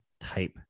type